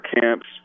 camps